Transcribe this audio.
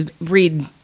read